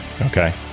okay